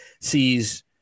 sees